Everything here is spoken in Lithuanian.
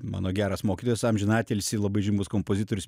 mano geras mokytojas amžinatilsį labai žymus kompozitorius